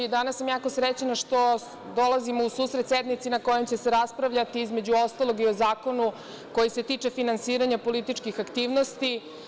Danas sam jako srećna što dolazimo u susret sednici na kojoj će se raspravljati, između ostalog i o zakonu koji se tiče finansiranja političkih aktivnosti.